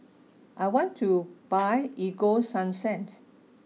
I want to buy Ego Sunsense